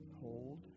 hold